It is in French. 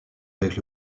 avec